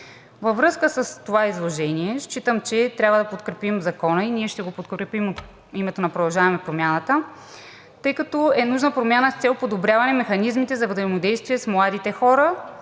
Във връзка с това изложение считам, че трябва да подкрепим Закона и ние ще го подкрепим от името на „Продължаваме Промяната“, тъй като е нужна промяна с цел подобряване на механизмите за взаимодействие с младите хора